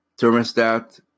thermostat